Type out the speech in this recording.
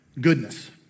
Goodness